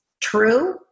true